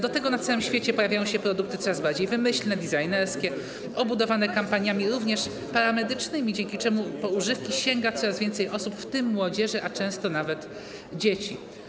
Do tego na całym świecie pojawiają się produkty coraz bardziej wymyślne, designerskie, obudowane kampaniami, również paramedycznymi, przez co po używki sięga coraz więcej osób, w tym młodzież, a często nawet dzieci.